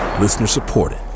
Listener-supported